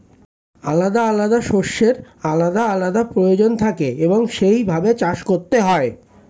আলাদা আলাদা শস্যের আলাদা আলাদা প্রয়োজন থাকে এবং সেই ভাবে চাষ করতে হয়